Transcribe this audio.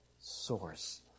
source